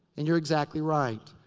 and you're exactly right.